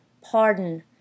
Pardon